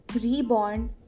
reborn